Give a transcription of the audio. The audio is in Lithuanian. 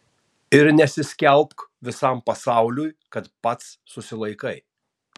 ir nesiskelbk visam pasauliui kad pats susilaikai